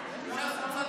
צעדים,